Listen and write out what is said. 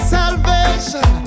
salvation